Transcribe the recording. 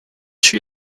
she